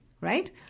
right